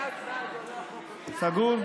סגור?